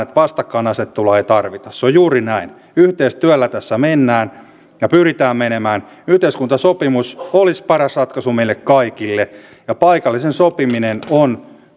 että vastakkainasettelua ei tarvita se on juuri näin yhteistyöllä tässä mennään ja pyritään menemään yhteiskuntasopimus olisi paras ratkaisu meille kaikille ja paikallinen sopiminen on